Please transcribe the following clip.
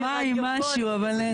אז אני